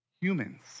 Humans